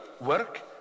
work